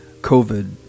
COVID